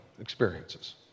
experiences